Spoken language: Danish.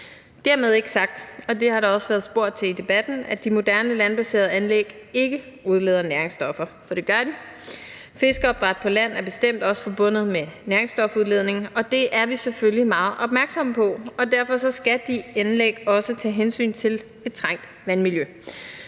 Dermed ikke sagt – og det har der også været spurgt om i debatten – at de moderne landbaserede anlæg ikke udleder næringsstoffer, for det gør de. Fiskeopdræt på land er bestemt også forbundet med næringsstofudledning, og det er vi selvfølgelig også meget opmærksomme på, og derfor skal de anlæg også tage hensyn til et trængt vandmiljø.